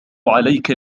عليك